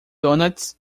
donuts